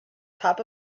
top